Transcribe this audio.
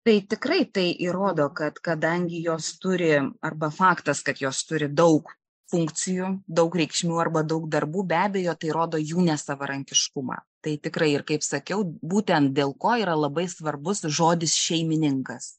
tai tikrai tai įrodo kad kadangi jos turi arba faktas kad jos turi daug funkcijų daug reikšmių arba daug darbų be abejo tai rodo jų nesavarankiškumą tai tikrai ir kaip sakiau būtent dėl ko yra labai svarbus žodis šeimininkas